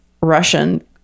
Russian